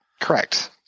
Correct